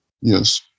Yes